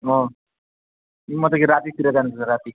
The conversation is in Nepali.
अँ दिनमा त के रातितिर जानुपर्छ राति